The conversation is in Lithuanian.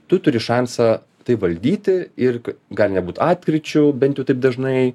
tu turi šansą tai valdyti ir gal nebūtų atkryčių bent taip dažnai